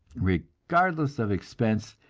regardless of expense,